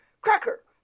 cracker